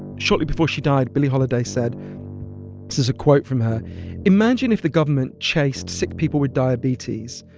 shortly before she died, billie holiday said this is a quote from her imagine if the government chased sick people with diabetes,